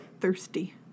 thirsty